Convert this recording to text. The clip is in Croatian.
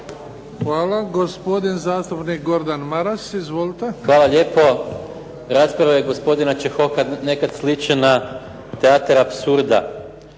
Hvala. Gospodin zastupnik Gordan Maras. Izvolite. **Maras, Gordan (SDP)** Hvala lijepo. Rasprave gospodina Čehoka nekad sliče na teatar apsurda.